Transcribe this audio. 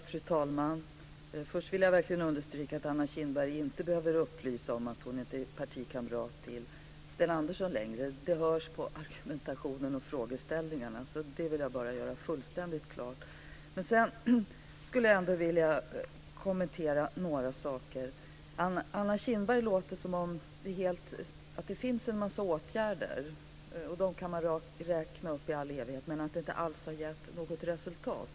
Fru talman! Först vill jag verkligen understryka att Anna Kinberg inte behöver upplysa om att hon inte är partikamrat till Sten Andersson längre. Det hörs på argumentationen och frågeställningarna. Det vill jag bara göra fullständigt klart. Men jag skulle ändå vilja kommentera några saker. Anna Kinberg låter som om det finns en massa åtgärder som man kan räkna upp i all evighet, men att de inte alls har gett något resultat.